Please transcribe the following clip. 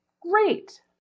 Great